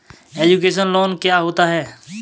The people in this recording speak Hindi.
एजुकेशन लोन क्या होता है?